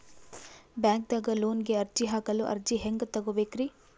ಬ್ಯಾಂಕ್ದಾಗ ಲೋನ್ ಗೆ ಅರ್ಜಿ ಹಾಕಲು ಅರ್ಜಿ ಹೆಂಗ್ ತಗೊಬೇಕ್ರಿ?